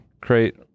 create